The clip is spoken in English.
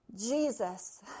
Jesus